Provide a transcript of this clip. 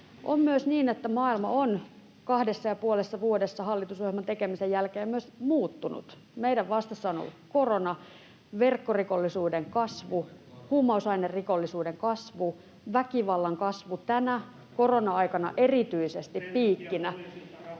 On myös niin, että maailma on kahdessa ja puolessa vuodessa hallitusohjelman tekemisen jälkeen myös muuttunut. Meidän vastassamme on ollut korona, verkkorikollisuuden kasvu, huumausainerikollisuuden kasvu, väkivallan kasvu tänä korona-aikana erityisesti piikkinä.